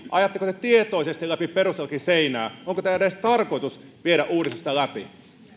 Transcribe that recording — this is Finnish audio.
ajatteko te tietoisesti päin perustuslakiseinää onko teidän edes tarkoitus viedä uudistusta läpi